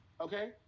Okay